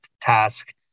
task